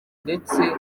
ndetse